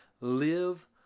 Live